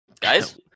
guys